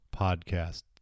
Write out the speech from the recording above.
Podcast